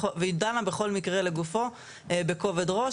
והיא דנה בכל מקרה לגופו בכובד ראש.